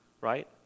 Right